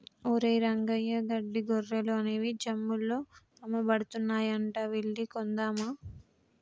ఒరేయ్ రంగయ్య గడ్డి గొర్రెలు అనేవి జమ్ముల్లో అమ్మబడుతున్నాయంట వెళ్లి కొందామా